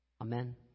Amen